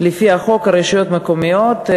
לפי חוק הרשויות המקומיות,